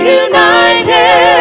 united